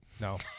no